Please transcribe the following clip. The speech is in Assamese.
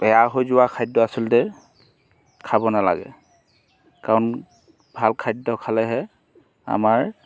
বেয়া হৈ যোৱা খাদ্য আচলতে খাব নালাগে কাৰণ ভাল খাদ্য খালেহে আমাৰ